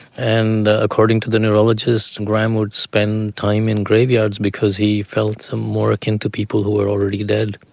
and according to the neurologist, and graham would spend time in graveyards because he felt more akin to people who were already dead.